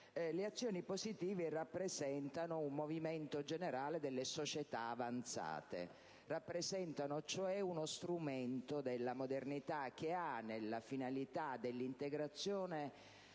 le azioni positive rappresentano un movimento generale delle società avanzate; rappresentano, cioè, uno strumento della modernità che ha nella finalità dell'integrazione